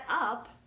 up